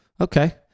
Okay